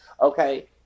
Okay